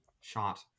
shot